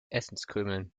essenskrümeln